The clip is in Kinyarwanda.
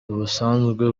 ubusanzwe